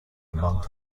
among